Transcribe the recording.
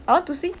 I want to see